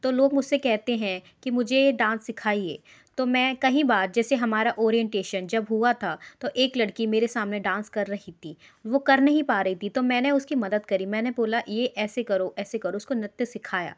तो लोग मुझसे कहते हैं कि मुझे डांस सिखाइए तो मैं कहीं बार जैसे हमारा ओरिएंटेशन जब हुआ था तो एक लड़की मेरे सामने डांस कर रही थी वो कर नहीं पा रही थी तो मैंने उसकी मदद करी मैंने बोला ये ऐसे करो ऐसे करो उसको नृत्य सिखाया